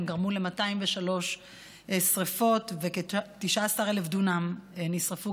הם גרמו ל-203 שרפות וכ-19,000 דונם נשרפו